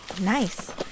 nice